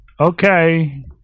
okay